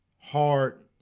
hard